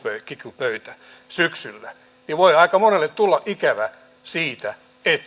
kiky pöytä niin voi aika monelle tulla ikävä siitä että